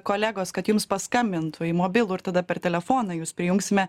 kolegos kad jums paskambintų į mobilų ir tada per telefoną jūs prijungsime